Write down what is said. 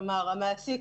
כלומר המעסיק